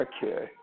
Okay